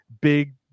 big